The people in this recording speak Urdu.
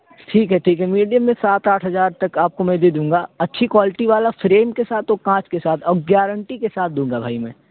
ٹھیک ہے ٹھیک ہے میڈیم میں سات آٹھ ہزار تک آپ کو میں دے دوں گا اچھی کوالٹی والا فریم کے ساتھ اور کانچ کے ساتھ اور گارنٹی کے ساتھ دوں گا بھائی میں